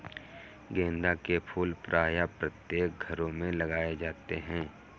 गेंदा के फूल प्रायः प्रत्येक घरों में लगाए जाते हैं